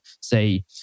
say